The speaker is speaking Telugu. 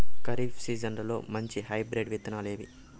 ఖరీఫ్ సీజన్లలో మంచి హైబ్రిడ్ విత్తనాలు ఏవి